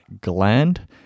gland